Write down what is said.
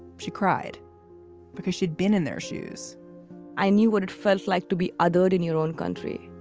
she cried because she'd been in their shoes i knew what it felt like to be adored in your own country.